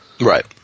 Right